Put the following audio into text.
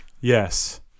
Yes